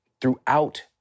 throughout